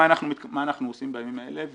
מה אנחנו עושים בימים האלה,